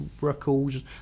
records